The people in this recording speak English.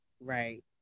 right